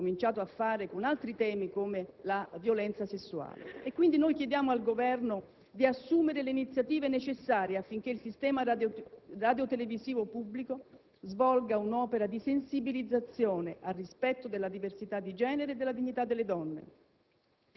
come ha cominciato a fare con altri temi, come la violenza sessuale. Chiediamo al Governo di assumere le iniziative necessarie affinché il sistema radiotelevisivo pubblico svolga un'opera di sensibilizzazione al rispetto della diversità di genere e della dignità delle donne,